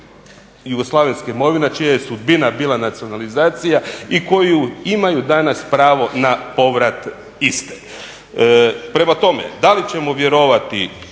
jugoslavenske imovine čija je sudbina bila nacionalizacija i koji danas imaju pravo na povrat iste. Prema tome, da li ćemo vjerovati